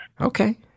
Okay